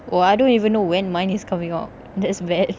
oh I don't even know when mine is coming out that's bad